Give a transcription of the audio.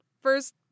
first